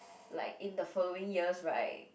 like in the following years [right]